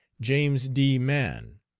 james d. mann,